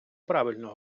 правильно